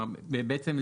בעצם,